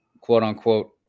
quote-unquote